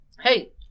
Hey